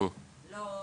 היא לא מיטבית,